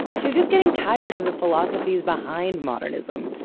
she was just getting tired of the philosophies behind modernism.